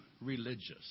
religious